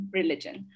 religion